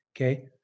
Okay